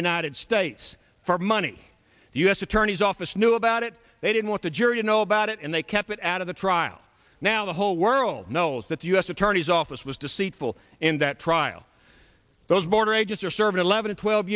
united states for money the u s attorney's office knew about it they didn't want the jury to know about it and they kept it out of the trial now the whole world knows that the u s attorney's office was deceitful in that trial those border agents are serving eleven twelve